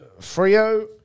Frio